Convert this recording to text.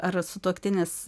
ar sutuoktinis